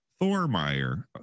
Thormeyer